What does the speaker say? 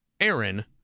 Aaron